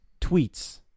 tweets